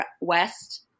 west